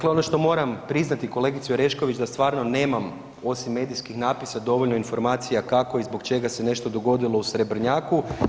Dakle ono što moram priznati kolegici Orešković da stvarno nemam, osim medijskih napisa dovoljno informacija kako i zbog čega se nešto dogodilo u Srebrnjaku.